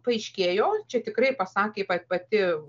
paaiškėjo čia tikrai pasakė pati